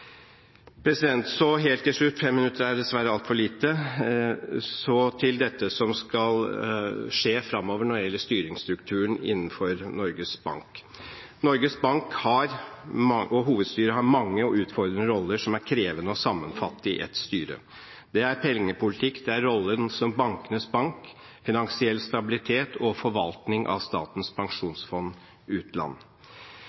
Helt til slutt – fem minutter er dessverre altfor lite – til dette som skal skje fremover når det gjelder styringsstrukturen innenfor Norges Bank: Norges Bank og hovedstyret har mange og utfordrende roller, som det er krevende å sammenfatte i ett styre. Det er pengepolitikk, rollen som bankenes bank, finansiell stabilitet og forvaltning av Statens pensjonsfond utland.